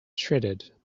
shredded